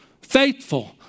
Faithful